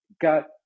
got